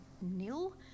nil